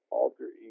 alter